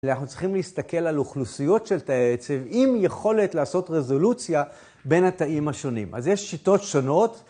אנחנו צריכים להסתכל על אוכלוסיות של תאי עצב, עם יכולת לעשות רזולוציה בין התאים השונים. אז יש שיטות שונות.